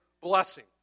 blessing